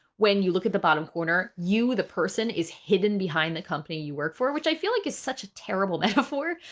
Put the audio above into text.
when you look at the bottom corner, you the person is hidden behind the company you work for, which i feel like is such a terrible metaphor.